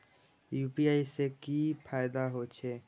UPI से की फायदा हो छे?